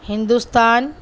Hindustan